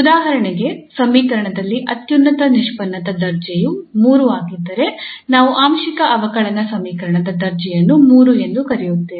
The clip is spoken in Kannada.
ಉದಾಹರಣೆಗೆ ಸಮೀಕರಣದಲ್ಲಿ ಅತ್ಯುನ್ನತ ನಿಷ್ಪನ್ನದ ದರ್ಜೆಯು 3 ಆಗಿದ್ದರೆ ನಾವು ಆಂಶಿಕ ಅವಕಲನ ಸಮೀಕರಣದ ದರ್ಜೆಯನ್ನು 3 ಎಂದು ಕರೆಯುತ್ತೇವೆ